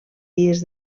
dies